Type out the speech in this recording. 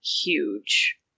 huge